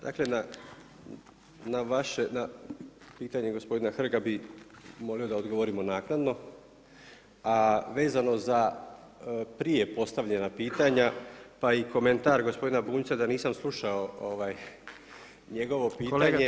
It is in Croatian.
Dakle na pitanje gospodina Hrga bi molio da odgovorimo naknadno, a vezano za prije postavljena pitanja pa i komentar gospodina Bunjca da nisam slušao njegovo pitanje.